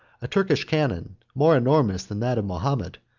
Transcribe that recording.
a turkish cannon, more enormous than that of mahomet,